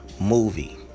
movie